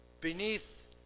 beneath